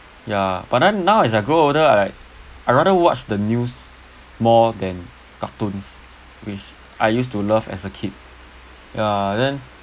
ya but then now as I grow older I I rather watch the news more than cartoons which I used to love as a kid ya then